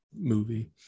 movie